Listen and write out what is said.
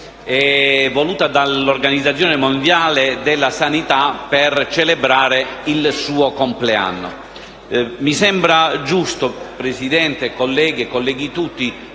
voluta dall'Organizzazione mondiale della sanità per celebrare il suo compleanno. Signor Presidente, colleghe e colleghi tutti,